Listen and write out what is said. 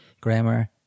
grammar